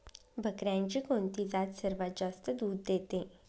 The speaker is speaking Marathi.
बकऱ्यांची कोणती जात सर्वात जास्त दूध देते?